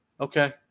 okay